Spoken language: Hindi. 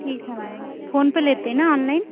ठीक है मैडम फ़ोनपे लेते हैं ना ऑनलाइन